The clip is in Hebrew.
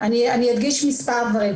אני אדגיש מספר דברים.